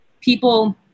people